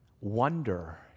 wonder